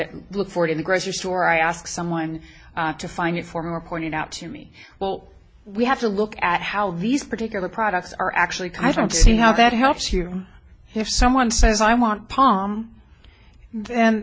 look for it in the grocery store i ask someone to find it for more pointed out to me well we have to look at how these particular products are actually i don't see how that helps you if someone says i want palm and